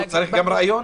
ואז הוא צריך גם ראיון?